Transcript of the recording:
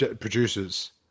producers